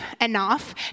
enough